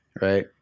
right